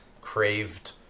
craved